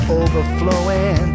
overflowing